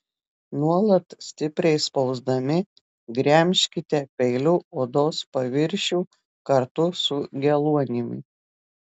nuolat stipriai spausdami gremžkite peiliu odos paviršių kartu su geluonimi